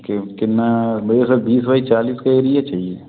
क्योंकि न भैया सब बीस बाई चालीस का एरिए चाहिए